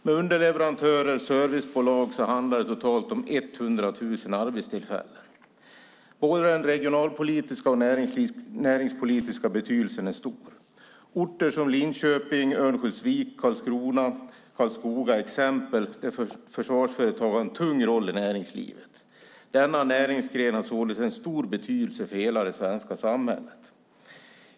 Med underleverantörer och servicebolag handlar det totalt om 100 000 arbetstillfällen. Både den regionalpolitiska och den näringslivspolitiska betydelsen är stor. Orter som Linköping, Örnsköldsvik, Karlskrona och Karlskoga är exempel på där försvarsföretagen har en tung roll i näringslivet. Denna näringsgren har således en stor betydelse för hela det svenska samhället.